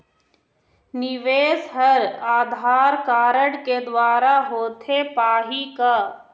निवेश हर आधार कारड के द्वारा होथे पाही का?